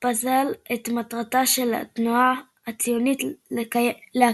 בזל את מטרתה של התנועה הציונית להקים